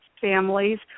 families